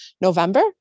November